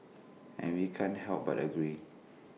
and we can't help but agree